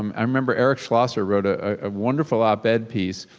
um i remember eric schlosser wrote a ah wonderful op ed piece